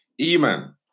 Eman